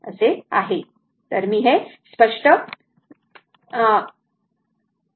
तर मी हे स्पष्ट करते